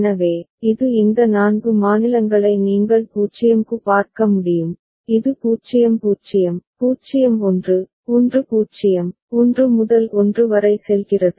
எனவே இது இந்த 4 மாநிலங்களை நீங்கள் 0 க்கு பார்க்க முடியும் இது 0 0 0 1 1 0 1 முதல் 1 வரை செல்கிறது